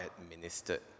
administered